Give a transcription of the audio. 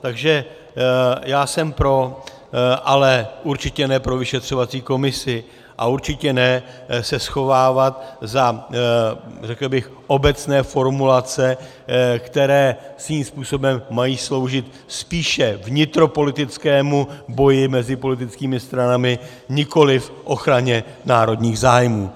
Takže já jsem pro, ale určitě ne pro vyšetřovací komisi a určitě ne se schovávat za, řekl bych, obecné formulace, které svým způsobem mají sloužit spíše vnitropolitickému boji mezi politickými stranami, nikoliv k ochraně národních zájmů.